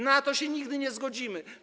Na to się nigdy nie zgodzimy.